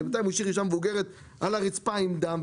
בינתיים הוא השאיר אישה מבוגרת על הרצפה עם דם,